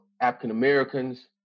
African-Americans